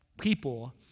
people